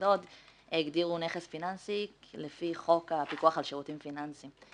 ההגדרות הגדירו נכס פיננסי לפי חוק הפיקוח על שירותים פיננסיים.